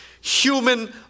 human